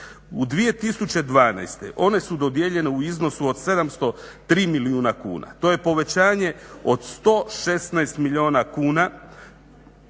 U 2012. one su dodijeljene u iznosu od 703 milijuna kuna. To je povećanje od 116 milijuna kuna